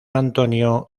antonio